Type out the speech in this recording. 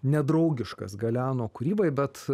nedraugiškas galeano kūrybai bet